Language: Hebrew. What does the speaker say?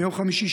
ביום חמישי,